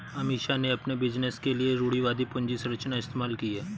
अमीषा ने अपने बिजनेस के लिए रूढ़िवादी पूंजी संरचना इस्तेमाल की है